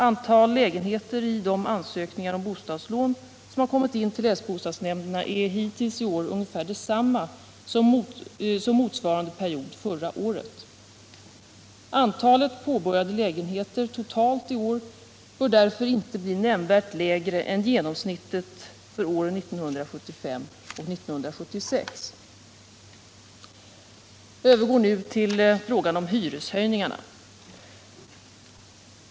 Antalet lägenheter i de ansökningar om bostadslån som har kommit in till länsbostadsnämnderna är hittills i år ungefär detsamma som motsvarande period förra året. Antalet påbörjade bostadslägenheter totalt i år bör därför inte bli nämnvärt lägre än genomsnittet för åren 1975 och 1976. Jag övergår nu till frågan om hyreshöjningarna.